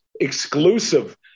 exclusive